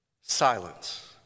Silence